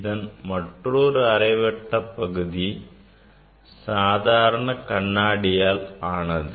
இதன் மற்றொரு அரைவட்ட பகுதி சாதாரண கண்ணாடியால் ஆனது